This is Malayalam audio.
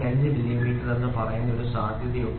5 മില്ലിമീറ്റർ എന്ന് പറയുന്ന ഒരു സാധ്യതയുണ്ട്